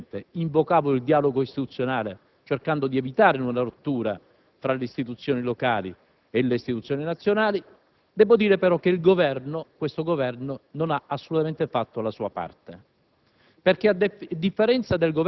di Alleanza Nazionale ed io personalmente invocavamo il dialogo istituzionale, cercando di evitare una rottura tra le istituzioni locali e le istituzioni nazionali, il Governo, questo Governo, non ha assolutamente fatto la sua parte.